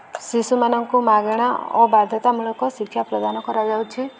ଶିଶୁମାନଙ୍କୁ ମାଗଣା ଓ ବାଧ୍ୟତାମୂଳକ ଶିକ୍ଷା ପ୍ରଦାନ କରାଯାଉଛି